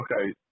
Okay